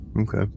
okay